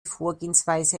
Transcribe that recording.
vorgehensweise